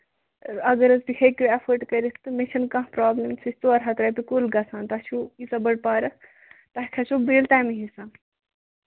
اَگرٕے تُہۍ ہٮ۪کِو ایفٲرڈ کٔرِتھ تہٕ مےٚ چھےٚ نہٕ کانٛہہ پرٛابلِم سُہ چھُ ژور ہَتھ رۄپیہِ کُل گژھان تۄہہِ چھُو ییٖژاہ بٔڈ پارَک تَتھ کھسٮ۪و بِل تَمی حِسابہٕ